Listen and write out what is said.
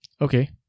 Okay